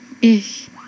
Ich